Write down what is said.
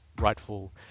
rightful